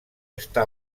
està